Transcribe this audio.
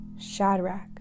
Shadrach